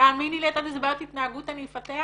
תאמיני לי, את יודעת איזה בעיות התנהגות אני אפתח,